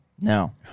No